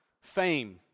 fame